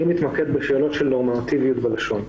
אני מתמקד בשאלות של נורמטיביות בלשון,